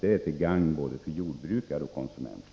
Det är till gagn både för jordbrukare och för konsumenter.